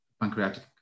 pancreatic